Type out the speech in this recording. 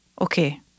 Okay